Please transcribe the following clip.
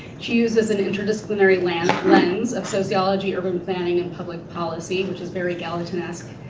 she uses an interdisciplinary lens lens of sociology, urban planning, and public policy which is very gallatinesque,